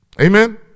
Amen